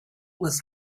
was